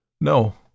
No